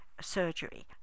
surgery